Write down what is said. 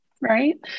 right